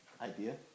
idea